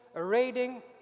a rating.